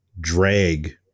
drag